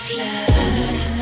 love